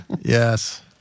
Yes